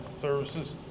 Services